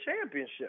championship